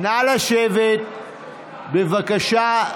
נא לשבת, בבקשה.